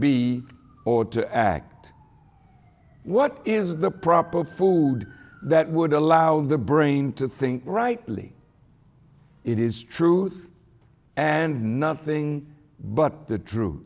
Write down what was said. be or to act what is the proper food that would allow the brain to think rightly it is truth and nothing but the tru